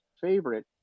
favorite